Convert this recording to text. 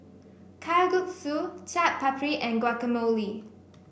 Kalguksu Chaat Papri and Guacamole